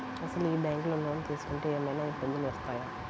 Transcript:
అసలు ఈ బ్యాంక్లో లోన్ తీసుకుంటే ఏమయినా ఇబ్బందులు వస్తాయా?